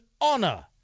honor